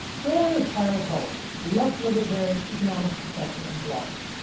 third is tyler cowen, left-libertarian economics professor and blogger.